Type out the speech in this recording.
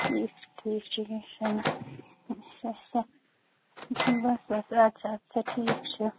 ٹھیٖک چھُ ٹھیٖک چھُ کیٚنٛہہ چھُنہٕ اَچھا اَچھا بَس بَس اَچھا اَچھا ٹھیٖک چھُ